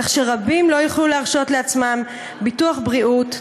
כך שרבים לא יוכלו להרשות לעצמם ביטוח בריאות,